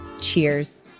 cheers